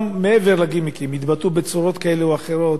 גם מעבר לגימיקים התבטאו בצורות כאלה ואחרות.